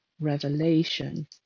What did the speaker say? Revelation